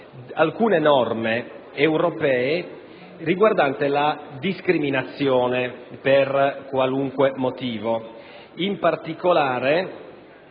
alcune norme europee riguardanti la discriminazione per qualunque motivo. In particolare,